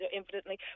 infinitely